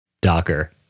Docker